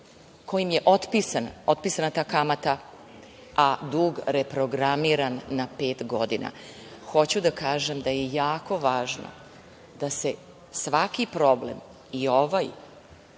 kojim je otpisana ta kamata, a dug reprogramiran na pet godina. Hoću da kažem da je jako važno da se svaki problem, i ovaj,